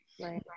Right